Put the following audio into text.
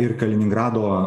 ir kaliningrado